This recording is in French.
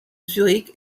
zurich